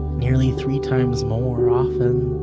nearly three times more often